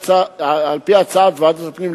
על-פי הצעת ועדת הפנים,